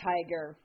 Tiger